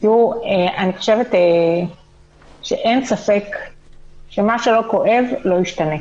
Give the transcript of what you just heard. אני חושבת שאין ספק שמה שלא כואב לא ישתנה.